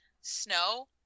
Snow